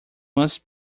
must